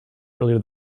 earlier